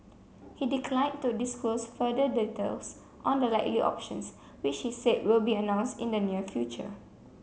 he declined to disclose further details on the likely options which he said will be announced in the near future